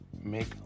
make